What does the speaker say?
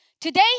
Today